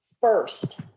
first